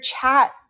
chat